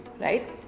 right